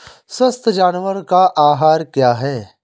स्वस्थ जानवर का आहार क्या है?